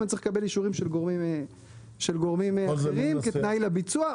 צריך לקבל אישורים של גורמים אחרים כתנאי לביצוע,